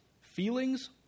feelings